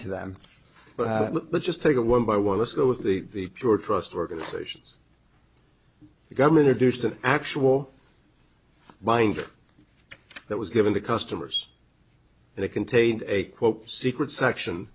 to them but let's just take it one by one let's go with the shore trust organizations government to do some actual binder that was given to customers and it contained a quote secret section